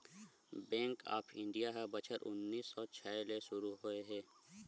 bank of India ह बछर उन्नीस सौ छै ले सुरू होए हे